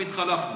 והתחלפנו,